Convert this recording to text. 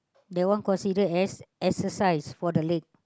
that want consider as exercise for the leg